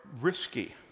risky